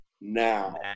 now